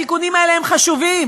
התיקונים האלה חשובים,